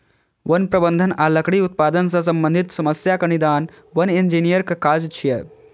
वन प्रबंधन आ लकड़ी उत्पादन सं संबंधित समस्याक निदान वन इंजीनियरक काज छियै